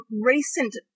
recent